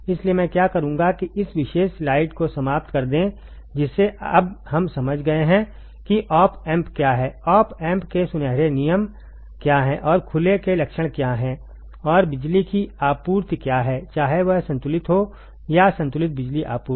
इसलिए मैं क्या करूंगा कि इस विशेष स्लाइड को समाप्त कर दें जिसे अब हम समझ गए हैं कि ऑप एम्प क्या है ऑप एम्प के सुनहरे नियम क्या हैं और खुले के लक्षण क्या हैं और बिजली की आपूर्ति क्या है चाहे वह असंतुलित हो या संतुलित बिजली आपूर्ति